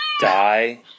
die